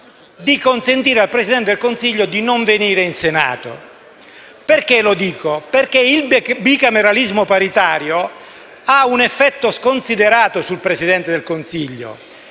di consentire al Presidente del Consiglio di non venire in Senato. Perché lo dico? Perché il bicameralismo paritario ha un effetto sconsiderato sul Presidente del Consiglio.